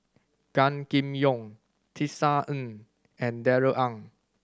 Gan Kim Yong Tisa Ng and Darrell Ang